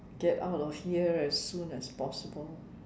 get out of here as soon as possible